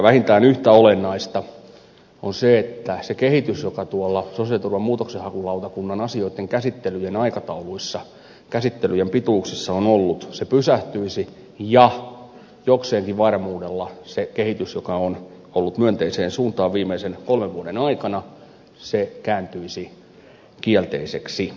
vähintään yhtä olennaista on se että se kehitys joka tuolla sosiaaliturvan muutoksenhakulautakunnan asioitten käsittelyjen aikatauluissa käsittelyjen pituuksissa on ollut pysähtyisi ja jokseenkin varmuudella se kehitys joka on ollut myönteiseen suuntaan viimeisen kolmen vuoden aikana kääntyisi kielteiseksi